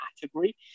category